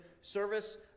service